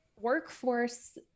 Workforce